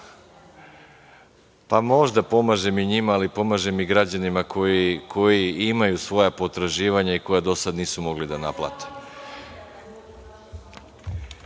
Pa, možda pomažem i njima, ali pomažem i građanima koji imaju svoja potraživanja i koja do sad nisu mogli da naplate.(Nataša